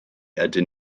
ydyn